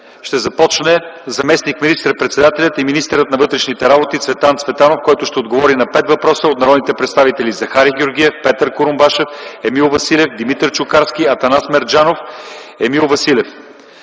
ще започне заместник министър-председателят и министър на вътрешните работи Цветан Цветанов, който ще отговори на пет въпроса от народните представители Захари Георгиев, Петър Курумбашев, Емил Василев, Димитър Чукарски, Атанас Мерджанов. Заместник